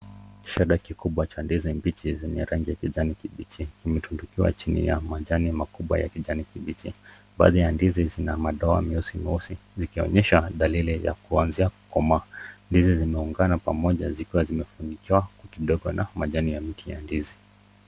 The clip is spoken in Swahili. Kishanda kikubwa cha ndizi mbichi zenye rangi ya kijani kibichi imetundukiwa chini ya majani makubwa ya kijani kibichi. Baadhi ya ndizi zina madoa meusi meusi zikionyesha dalili ya kuazia kukomaa. Ndizi zimeugana pamoja zikiwa zimefunikiwa kidogo na majani ya miti ya ndizi.